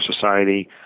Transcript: Society